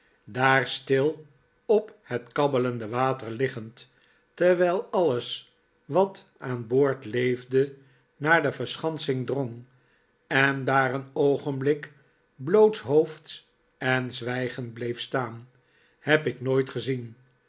daar stil op het kabbelende water liggend terwijl alles wat aan boord leefde naar de verschansing drong en daar een oogenblik blootshoofds en zwijgend bleef staan heb ik nooit gezien